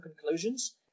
conclusions